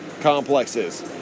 complexes